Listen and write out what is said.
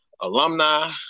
alumni